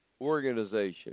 organization